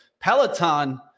Peloton